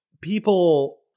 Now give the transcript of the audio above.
people